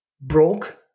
broke